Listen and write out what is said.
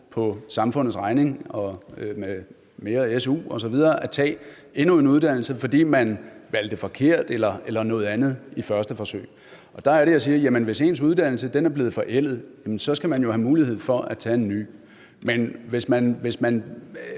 på samfundets regning og med mere SU osv. at tage endnu en uddannelse, fordi man valgte forkert eller noget andet i første forsøg? Der er det, jeg siger, at man, hvis ens uddannelse er blevet forældet, jo skal have mulighed for at tage en ny. Men hvis man